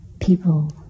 people